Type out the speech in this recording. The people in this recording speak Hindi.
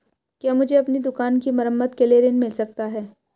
क्या मुझे अपनी दुकान की मरम्मत के लिए ऋण मिल सकता है?